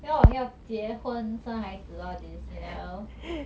then 我还要结婚生孩子 all this you know